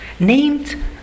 named